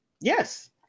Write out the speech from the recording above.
Yes